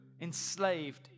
enslaved